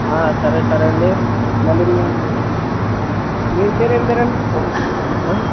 సరే సరే అండి మళ్ళీ మీ మీ పేరు ఏమి పేరు అండి